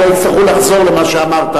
שלא יצטרכו לחזור למה שאמרת,